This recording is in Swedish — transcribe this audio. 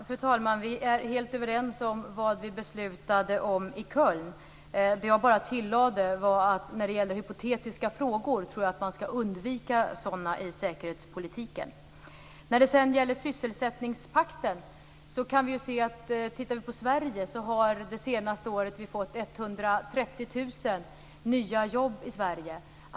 Fru talman! Vi är helt överens om vad vi beslutade om i Köln. Det jag tillade var att jag tror att man skall undvika hypotetiska frågor i säkerhetspolitiken. När det sedan gäller sysselsättningspakten har vi i Sverige det senaste året fått 130 000 nya jobb.